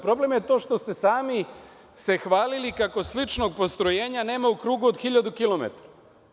Problem je to što ste sami se hvalili kako sličnog postrojenja nema u krugu od hiljadu kilometara.